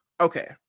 Okay